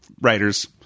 writers